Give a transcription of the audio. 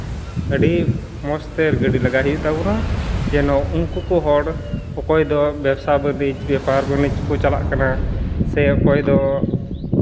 ᱟᱹᱰᱤ ᱢᱚᱡᱽᱛᱮ ᱜᱟᱹᱰᱤ ᱞᱟᱜᱟᱭ ᱦᱩᱭᱩᱜ ᱛᱟᱵᱚᱱᱟ ᱡᱮᱱᱚ ᱩᱱᱠᱩ ᱠᱚ ᱦᱚᱲ ᱚᱠᱚᱭ ᱫᱚ ᱵᱮᱵᱽᱥᱟ ᱵᱟᱹᱱᱤᱡᱽ ᱵᱮᱯᱟᱨ ᱵᱟᱱᱤᱡᱽ ᱠᱚ ᱪᱟᱞᱟᱜ ᱠᱟᱱᱟ ᱥᱮ ᱚᱠᱚᱭ ᱫᱚ